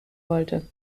wollte